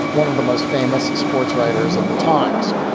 one of the most famous sportswriters of the times.